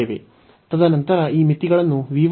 ತದನಂತರ ಈ ಮಿತಿಗಳನ್ನು v 1 ನಿಂದ v 2 ಗೆ ತೆಗೆದುಕೊಳ್ಳುವುದು